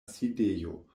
sidejo